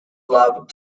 loved